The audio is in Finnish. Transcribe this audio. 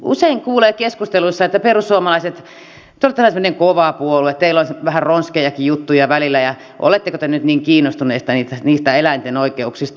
usein kuulee keskusteluissa että perussuomalaiset te olette vähän semmoinen kova puolue teillä on vähän ronskejakin juttuja välillä ja oletteko te nyt niin kiinnostuneita niistä eläinten oikeuksista